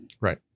Right